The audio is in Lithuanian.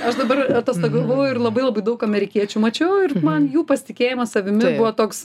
aš dabar atostogavau ir labai labai daug amerikiečių mačiau ir man jų pasitikėjimas savimi buvo toks